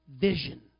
vision